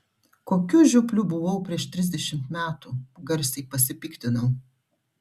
kokiu žiopliu buvau prieš trisdešimt metų garsiai pasipiktinau